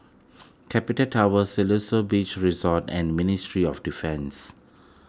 Capital Tower Siloso Beach Resort and Ministry of Defence